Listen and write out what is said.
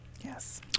Yes